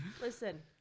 listen